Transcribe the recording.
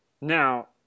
Now